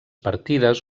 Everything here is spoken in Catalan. partides